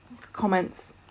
comments